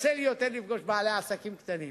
יוצא לי יותר לפגוש בעלי עסקים קטנים,